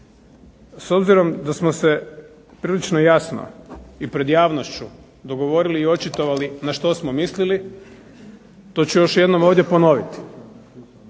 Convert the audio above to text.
s obzirom da smo se prilično jasno i pred javnošću očitovali i dogovorili na što smo mislili, to ću još jednom ovdje ponoviti.